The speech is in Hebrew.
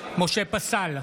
משה פסל,